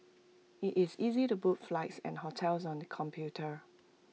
IT is easy to book flights and hotels on the computer